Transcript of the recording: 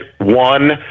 one